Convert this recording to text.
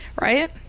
Right